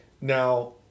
Now